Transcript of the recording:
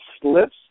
Slips